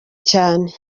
cyane